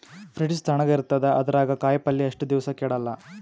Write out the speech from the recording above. Fridge ತಣಗ ಇರತದ, ಅದರಾಗ ಕಾಯಿಪಲ್ಯ ಎಷ್ಟ ದಿವ್ಸ ಕೆಡಲ್ಲ?